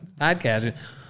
podcast